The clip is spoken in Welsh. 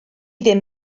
ddim